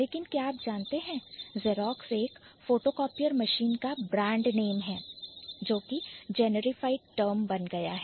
लेकिन क्या आप जानते हैं कि Xerox एक Photocopier machine का Brand Name है जो एक generified term बन गया है